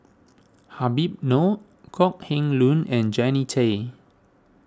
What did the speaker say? Habib Noh Kok Heng Leun and Jannie Tay